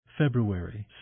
February